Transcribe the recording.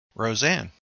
Roseanne